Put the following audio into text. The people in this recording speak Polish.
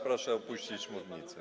Proszę opuścić mównicę.